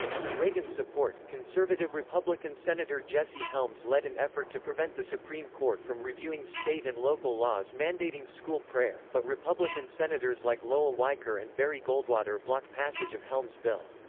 with reagan's support, conservative republican senator jesse helms led an effort to prevent the supreme court from reviewing state and local laws mandating school prayer, but republican senators like lowell weicker and barry goldwater blocked passage of helm's bill.